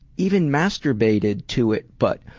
even masturbated to it but